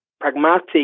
pragmatic